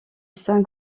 saint